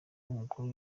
w’umukuru